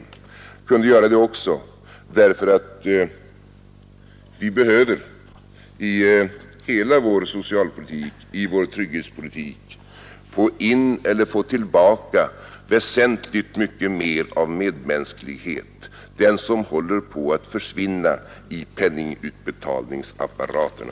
Och man kunde göra det också därför att vi behöver i hela vår socialpolitik, i vår trygghetspolitik, få in, eller få tillbaka, väsentligt mer av medmänsklighet — den som håller på att försvinna i penningutbetalningsapparaterna.